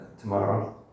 tomorrow